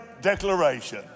declaration